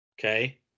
Okay